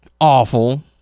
awful